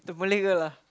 the Malay girl ah